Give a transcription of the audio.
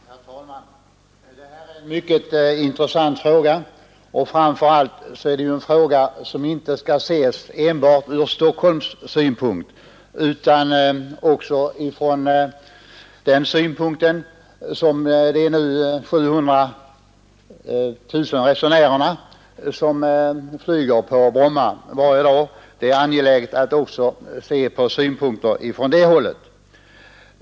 Herr talman! Det här är en mycket intressant fråga. Framför allt skall den inte bara ses från Stockholms synpunkt utan det är också angeläget att se den från de 700 000 resenärers synpunkt som varje år flyger på Bromma.